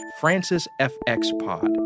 francisfxpod